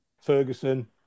Ferguson